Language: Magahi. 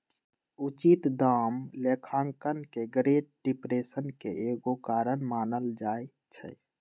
उचित दाम लेखांकन के ग्रेट डिप्रेशन के एगो कारण मानल जाइ छइ